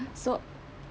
so